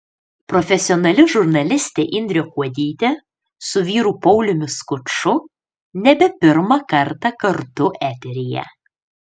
profesionali žurnalistė indrė kuodytė su vyru pauliumi skuču nebe pirmą kartą kartu eteryje